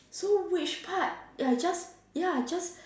to which part ya just ya just